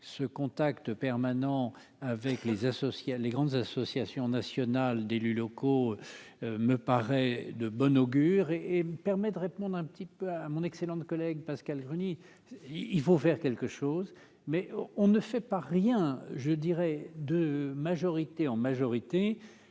ce contact permanent avec les associer à les grandes associations nationales d'élus locaux. Me paraît de bon augure et et permet de répondre un petit peu à mon excellente collègue Pascale Gruny il faut faire quelque chose, mais on ne fait pas rien je dirais de majorité en majorité